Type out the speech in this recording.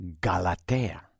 Galatea